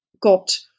got